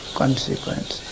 consequence